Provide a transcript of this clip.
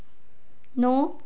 नौ